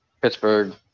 Pittsburgh